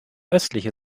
östliche